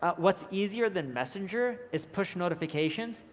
ah what's easier than messenger is push notifications.